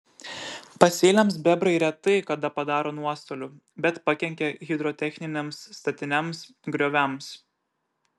pasėliams bebrai retai kada padaro nuostolių bet pakenkia hidrotechniniams statiniams grioviams